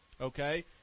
okay